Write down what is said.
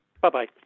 Bye-bye